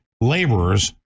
laborers